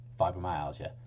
fibromyalgia